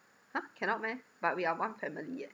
!huh! cannot meh but we are one family eh